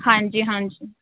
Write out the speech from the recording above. ਹਾਂਜੀ ਹਾਂਜੀ